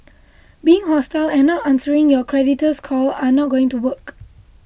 being hostile and not answering your creditor's call are not going to work